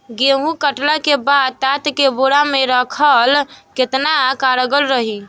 गेंहू कटला के बाद तात के बोरा मे राखल केतना कारगर रही?